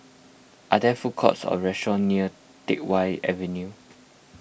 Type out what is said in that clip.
are there food courts or restaurants near Teck Whye Avenue